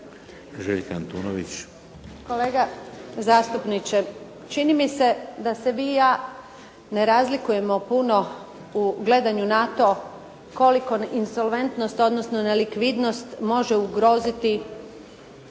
Željka (SDP)** Kolega zastupniče čini mi se da se vi i ja ne razlikujemo puno u gledanju na to koliko insolventnost odnosno nelikvidnost može ugroziti